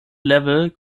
level